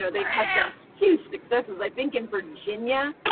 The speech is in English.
so they've had some huge successes, i think, in virginia,